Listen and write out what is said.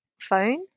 phone